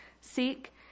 seek